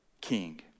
king